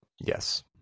Yes